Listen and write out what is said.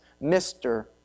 Mr